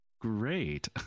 great